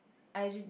I ju~